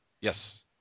Yes